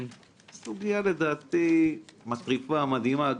זאת לדעתי סוגיה מטריפה, מדהימה.